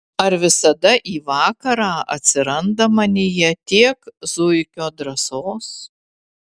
ar visada į vakarą atsiranda manyje tiek zuikio drąsos